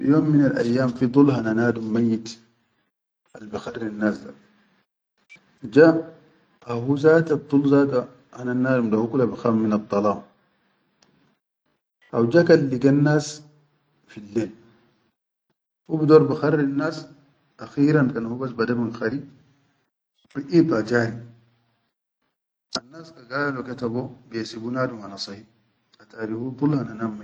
Fi yom minal ayyam fi dul hana nadum mayyit albikharrinnas da, ja haw hu zataddul zata hanannam da hukula bikhaf minaddalaam, haw ja kan ligannas fillel, hu bidor bikharrinnas, akhiran kan hubas bada bin khari biʼid ha jari, annas ka galo ke tabo bihesubu nadum hana sahi tari hu dul.